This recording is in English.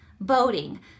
boating